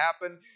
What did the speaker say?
happen